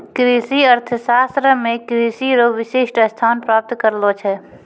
कृषि अर्थशास्त्र मे कृषि रो विशिष्ट स्थान प्राप्त करलो छै